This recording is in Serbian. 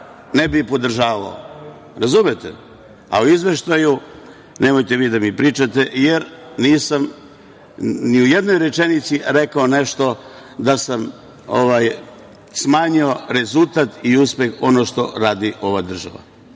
ne bi ih podržavao. Razumete? A o Izveštaju nemojte vi da mi pričate jer nisam ni u jednoj rečenici rekao nešto da sam smanjio rezultat i uspeh onog što radi ova država,